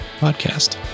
Podcast